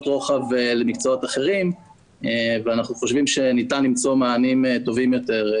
רוחב למקצועות אחרים ואנחנו חושבים שניתן למצוא מענים טובים יותר,